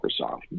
Microsoft